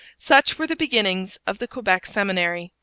such were the beginnings of the quebec seminary,